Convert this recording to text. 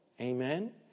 Amen